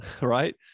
right